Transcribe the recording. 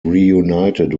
reunited